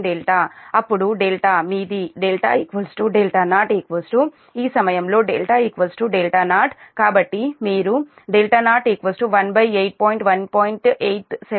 875 sin అప్పుడు δమీది δ0 ఈ సమయంలోδ0 కాబట్టి మీరు 018 point 1